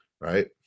right